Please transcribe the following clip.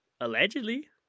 Allegedly